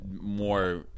more